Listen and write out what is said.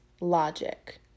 logic